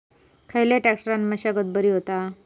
खयल्या ट्रॅक्टरान मशागत बरी होता?